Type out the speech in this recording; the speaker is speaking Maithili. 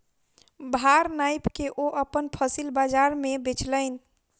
भार नाइप के ओ अपन फसिल बजार में बेचलैन